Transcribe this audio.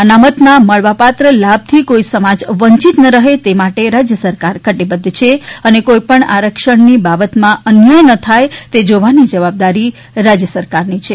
અનામતના મળવાપાત્ર લાભથી કોઈ સમાજ વંચિત ન રહે તે માટે રાજથ સરકાર કટિબદ્ધ છે અને કોઈપણ આરક્ષણની બાબતમાં અન્યાય ન થાય તે જોવાની જવાબદારી રાજય સરકારની છે